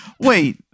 wait